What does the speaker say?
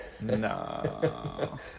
No